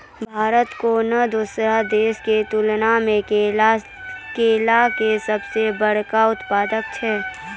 भारत कोनो दोसरो देशो के तुलना मे केला के सभ से बड़का उत्पादक छै